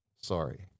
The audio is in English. Sorry